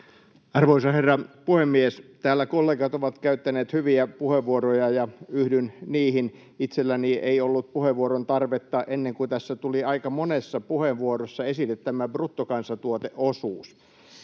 Arvoisa herra puhemies! Täällä kollegat ovat käyttäneet hyviä puheenvuoroja, ja yhdyn niihin. Itselläni ei ollut puheenvuoron tarvetta ennen kuin tässä tuli aika monessa puheenvuorossa esille tämä bruttokansantuoteosuus.